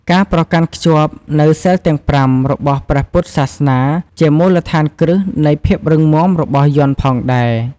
ការប្រកាន់ខ្ជាប់នូវសីលទាំង ៥ របស់ព្រះពុទ្ធសាសនា ជាមូលដ្ឋានគ្រឹះនៃភាពរឹងមាំរបស់យ័ន្តផងដែរ។